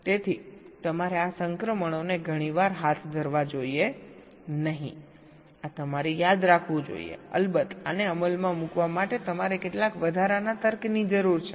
તેથી તમારે આ સંક્રમણોને ઘણી વાર હાથ ધરવા જોઈએ નહીં આ તમારે યાદ રાખવું જોઈએ અલબત્ત આને અમલમાં મૂકવા માટે તમારે કેટલાક વધારાના તર્કની જરૂર છે